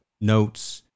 notes